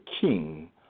king